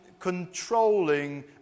controlling